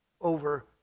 over